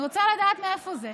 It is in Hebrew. אני רוצה לדעת מאיפה זה.